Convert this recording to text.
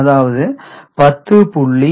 அதாவது 10